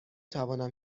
توانم